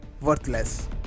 worthless